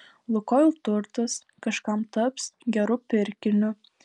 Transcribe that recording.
lukoil turtas kažkam taps geru pirkiniu